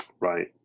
Right